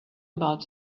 about